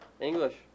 English